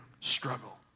struggle